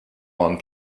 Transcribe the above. one